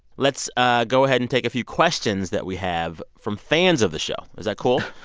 let's go ahead and take a few questions that we have from fans of the show. is that cool?